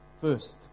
first